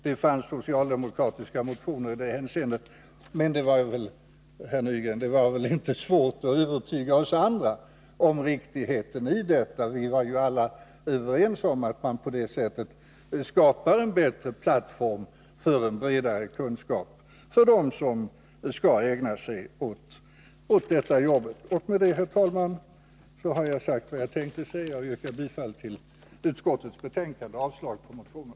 Det fanns socialdemokratiska motioner i det hänseendet, men, herr Nygren, det var väl inte svårt att övertyga oss andra om riktigheten i detta. Vi var ju alla överens om att man på det sättet skapar en bättre plattform för en bredare kunskap när det gäller dem som skall ägna sig åt detta jobb. Detta var, herr talman, vad jag tänkte säga, och jag ber att få yrka bifall till utskottets hemställan samt avslag på motionerna.